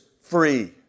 free